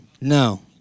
no